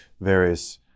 various